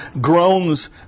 groans